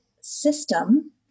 system